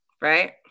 Right